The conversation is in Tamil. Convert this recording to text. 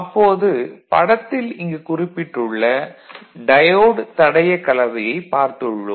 அப்போது படத்தில் இங்கு குறிப்பிட்டுள்ள டயோடு தடைய கலவையைப் பார்த்துள்ளோம்